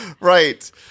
Right